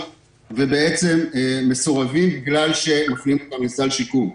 ובעצם מסורבים בגלל שמפנים אותם לסל שיקום.